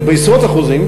אלא בעשרות אחוזים,